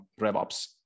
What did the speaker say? RevOps